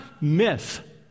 myth